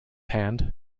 hand